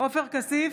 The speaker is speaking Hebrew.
עופר כסיף,